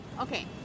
Okay